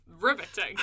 Riveting